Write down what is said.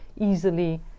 easily